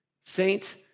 Saint